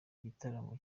gitaramo